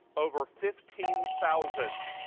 over fifteen thousand.